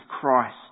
Christ